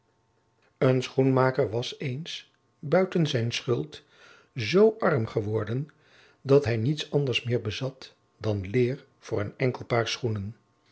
een schoenmaker was eens buiten zijn schuld zoo arm geworden dat hij niets anders meer bezat dan leêr voor een enkel paar schoenen